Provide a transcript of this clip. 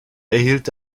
erhielt